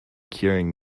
curing